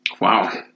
Wow